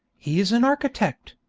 he is an architect,